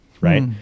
Right